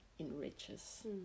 Enriches